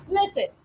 listen